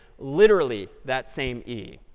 literally that same e.